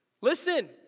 Listen